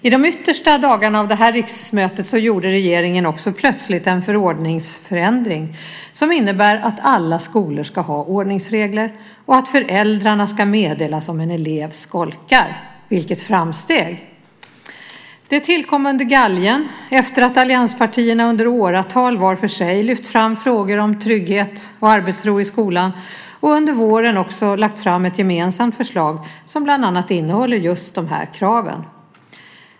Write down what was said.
I de yttersta dagarna av det här riksmötet gjorde regeringen också plötsligt en förordningsförändring, som innebär att alla skolor ska ha ordningsregler och att föräldrarna ska meddelas om en elev skolkar. Vilket framsteg! Det tillkom under galgen efter att allianspartierna under åratal vart för sig lyft fram frågor om trygghet och arbetsro i skolan. Vi har under våren också lagt fram ett gemensamt förslag som bland annat innehåller just de här kraven.